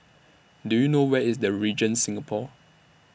Do YOU know Where IS The Regent Singapore